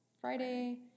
Friday